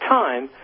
time